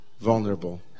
vulnerable